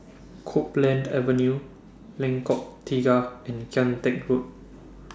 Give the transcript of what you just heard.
Copeland Avenue Lengkok Tiga and Kian Teck Road